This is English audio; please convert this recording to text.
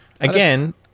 Again